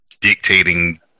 dictating